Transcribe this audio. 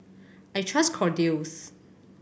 I trust Kordel's